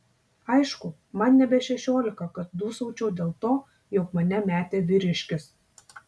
aišku man nebe šešiolika kad dūsaučiau dėl to jog mane metė vyriškis